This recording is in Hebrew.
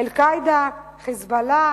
"אל-קאעידה", "חיזבאללה",